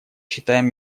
считаем